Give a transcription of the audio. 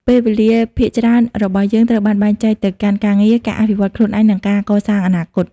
ពេលវេលាភាគច្រើនរបស់យើងត្រូវបានបែងចែកទៅកាន់ការងារ ការអភិវឌ្ឍន៍ខ្លួនឯង និងការកសាងអនាគត។